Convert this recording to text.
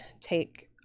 take